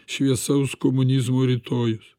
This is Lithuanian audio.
šviesaus komunizmo rytojus